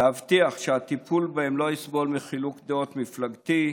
להבטיח שהטיפול בהם לא יסבול מחילוק דעות מפלגתי,